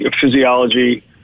physiology